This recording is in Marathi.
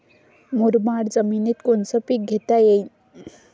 मुरमाड जमिनीत कोनचे पीकं घेता येईन?